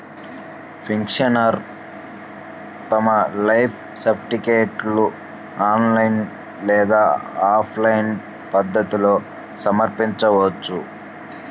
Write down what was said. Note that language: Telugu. పెన్షనర్లు తమ లైఫ్ సర్టిఫికేట్ను ఆన్లైన్ లేదా ఆఫ్లైన్ పద్ధతుల్లో సమర్పించవచ్చు